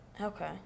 Okay